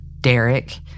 Derek